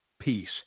peace